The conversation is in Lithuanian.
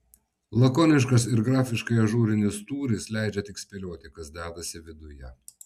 lakoniškas ir grafiškai ažūrinis tūris leidžia tik spėlioti kas dedasi viduje